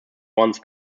ones